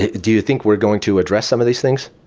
ah do you think we're going to address some of these things?